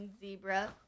Zebra